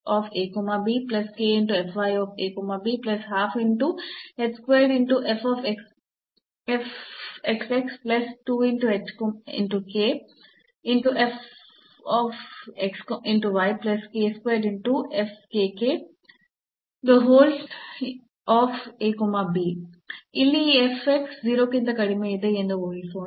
ಇಲ್ಲಿ ಈ 0 ಕ್ಕಿಂತ ಕಡಿಮೆಯಿದೆ ಎಂದು ಊಹಿಸೋಣ